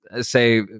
say